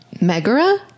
megara